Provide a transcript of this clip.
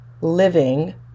living